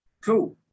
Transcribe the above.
cool